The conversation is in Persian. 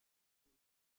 راگبی